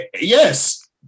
yes